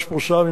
מה שפורסם,